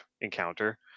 encounter